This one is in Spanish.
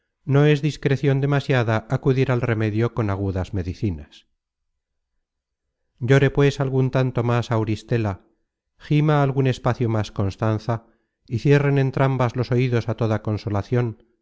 no es discrecion demasiada acudir al remedio con agudas medicinas llore pues algun tanto más auristela gima algun espacio más constanza y cierren entrambas los oidos á toda consolacion